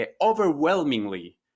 overwhelmingly